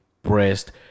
Breast